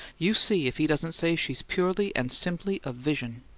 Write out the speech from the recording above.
you see if he doesn't say she's purely and simply a vision.